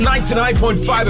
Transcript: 99.5